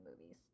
movies